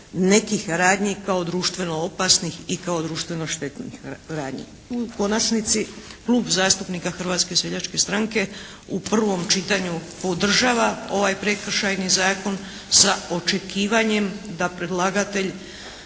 nekih radnji kao društveno opasnih i kao društveno štetnih radnji. U konačnici, Klub zastupnika Hrvatske seljačke stranke u prvom čitanju podržava ovaj Prekršajni zakon sa očekivanjem da predlagatelj